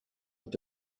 with